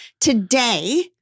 today